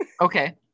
Okay